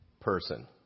person